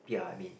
ya I mean